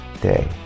day